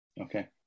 Okay